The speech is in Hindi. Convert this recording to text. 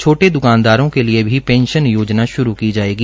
छोटे दुकानदारों के लिए भी पेंशन योजना शुरू की जाएगी